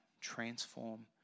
transform